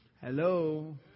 Hello